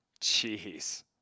Jeez